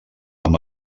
amb